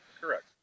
Correct